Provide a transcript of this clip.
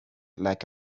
like